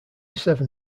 seven